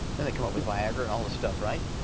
then they come up with viagra and all this stuff, right?